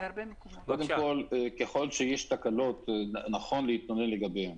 ככל שיש תקלות, נכון להתלונן לגביהן.